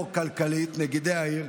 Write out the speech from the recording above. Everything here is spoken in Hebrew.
כלכלית נגידי העיר.